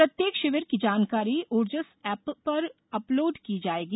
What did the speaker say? प्रत्येक शिविर की जानकारी ऊर्जस एप पर अपलोड की जाएगी